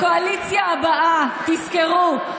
לקואליציה הבאה: תזכרו,